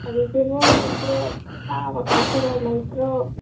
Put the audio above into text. ꯍꯧꯖꯤꯛꯁꯤꯕꯨ ꯏꯆꯦ ꯐꯥꯕ ꯈꯣꯠꯄꯒ ꯂꯩꯕ꯭ꯔꯣ